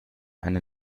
eine